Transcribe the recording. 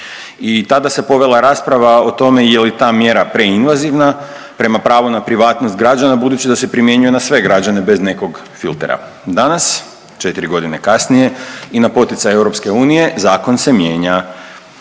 I tada se povela rasprava o tome je li ta mjera preinvanzivna prema pravu na privatnost građana budući da se primjenjuje na sve građane bez nekog filtera. Danas 4 godine kasnije i na poticaj EU zakon se mijenja.